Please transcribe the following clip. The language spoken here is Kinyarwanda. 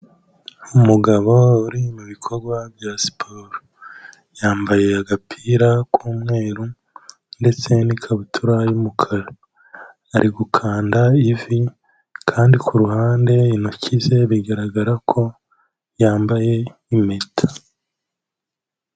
Umugabo uri mu bikorwa bya siporo, yambaye agapira k'umweru ndetse n'ikabutura y'umukara, ari gukanda ivi kandi ku ruhande intoki ze bigaragara ko yambaye impeta.